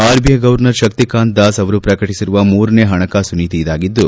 RBI governor Shaktikanta Das ಅವರು ಪ್ರಕಟಿಸಿರುವ ಮೂರನೇ ಹಣಕಾಸು ನೀತಿ ಇದಾಗಿದ್ದು